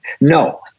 No